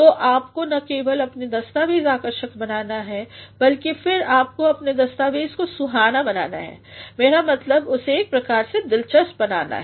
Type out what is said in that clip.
तो आपको न केवल अपना दस्तावेज़ आकर्षक बनाना है बल्कि फिर आपको अपने दस्तावेज़ को सुहाना बनाना है मेरा मतलब उसे एक प्रकार से दिलचस्प होना है